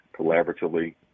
collaboratively